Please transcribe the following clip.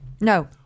No